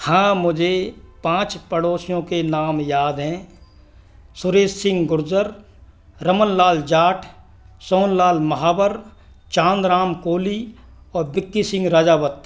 हाँ मुझे पाँच पड़ोसियों के नाम याद हैं सुरेश सिंह गुर्जर रमन लाल जाट सोन लाल महावर चाँद राम कोहली और विक्की सिंह राजावत